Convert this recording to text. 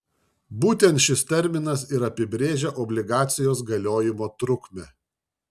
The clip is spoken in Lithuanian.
būtent šis terminas ir apibrėžia obligacijos galiojimo trukmę